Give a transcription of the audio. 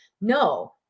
No